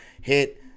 hit